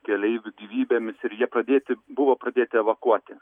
keleivių gyvybėmis ir jie pradėti buvo pradėti evakuoti